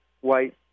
white